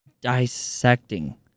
dissecting